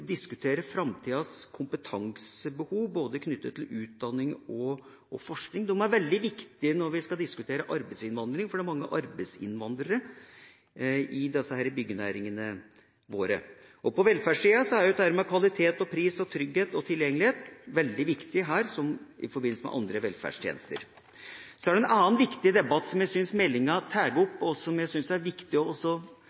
diskutere arbeidsinnvandring, for det er mange arbeidsinnvandrere i disse byggenæringene våre. På velferdssida er dette med kvalitet, pris, trygghet og tilgjengelighet veldig viktig, her som i forbindelse med andre velferdstjenester. Det er også en annen veldig viktig debatt som jeg syns meldinga